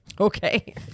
Okay